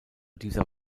dieser